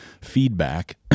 feedback